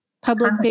public